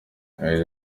yagize